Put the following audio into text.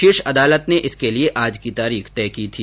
शीर्ष अदालत ने इसके लिए आज की तारीख तय की थी